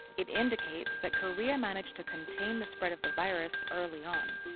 it indicates that korea managed to contain the spread of the virus early on.